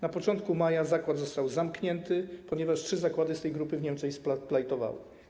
Na początku maja zakład został zamknięty, ponieważ trzy zakłady z tej grupy w Niemczech splajtowały.